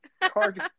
Card